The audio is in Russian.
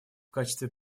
качестве